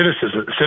cynicism